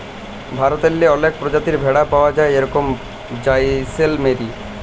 ভারতেল্লে অলেক পরজাতির ভেড়া পাউয়া যায় যেরকম জাইসেলমেরি, মাড়োয়ারি ইত্যাদি